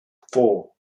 four